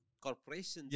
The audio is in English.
corporations